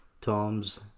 Toms